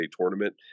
tournament